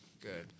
Good